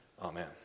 Amen